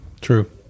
True